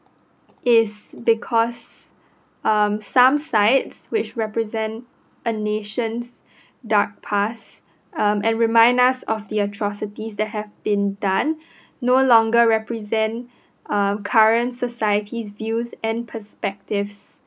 is because um some sites which represent a nation's dark past um and remind us of the atrocities that have been done no longer represent uh current society's views and perspectives